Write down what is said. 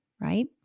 right